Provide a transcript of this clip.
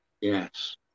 Yes